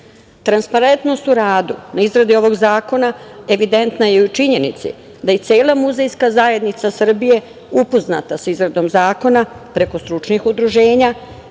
Transparentnost u radu u izradi ovog zakona evidentna je i u činjenici da i cela muzejska zajednica Srbije upoznata sa izradom zakona preko stručnih udruženja,